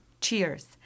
Cheers